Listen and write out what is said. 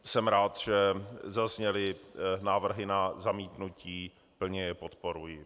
Jsem rád, že zazněly návrhy na zamítnutí, plně je podporuji.